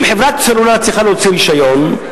אם חברת סלולר צריכה להוציא רשיון,